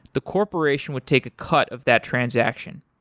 the corporation would take a cut of that transaction.